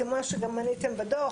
כמו שגם מניתם בדו"ח,